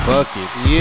Buckets